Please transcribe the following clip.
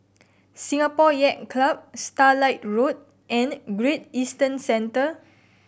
Singapore Yacht Club Starlight Road and Great Eastern Centre